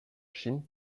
chine